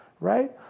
right